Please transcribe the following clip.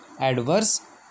adverse